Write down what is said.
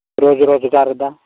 ᱨᱩᱡᱤ ᱨᱳᱡᱽᱜᱟᱨᱮᱫᱟ